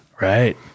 Right